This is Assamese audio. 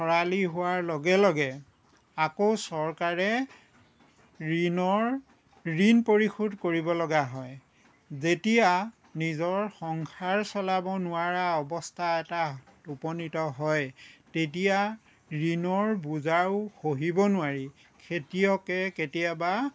খৰালি হোৱাৰ লগে লগে আকৌ চৰকাৰে ঋণৰ ঋণ পৰিষোধ কৰিবলগা হয় যেতিয়া নিজৰ সংসাৰ চলাব নোৱাৰা অৱস্থা এটাত উপনিত হয় তেতিয়া ঋণৰ বোজাও সহিব নোৱাৰি খেতিয়কে কেতিয়াবা